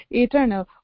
eternal